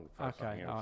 Okay